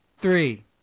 Three